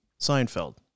Seinfeld